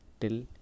till